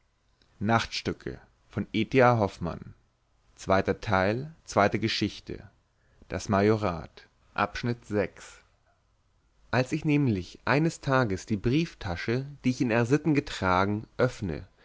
als ich nämlich eines abends die brieftasche die ich in r sitten getragen öffne